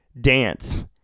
dance